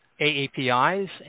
AAPIs